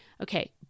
Okay